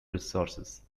resources